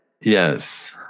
Yes